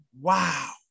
wow